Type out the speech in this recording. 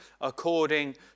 according